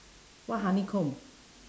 what honeycomb